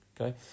Okay